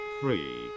three